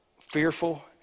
fearful